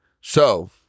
So-